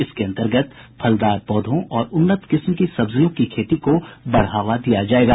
इसके अंतर्गत फलदार पौधों और उन्नत किस्म की सब्जियों की खेती को बढ़ावा दिया जायेगा